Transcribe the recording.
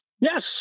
yes